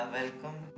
Welcome